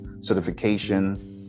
certification